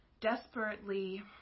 desperately